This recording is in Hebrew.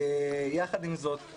עם זאת,